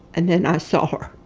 and then i saw her.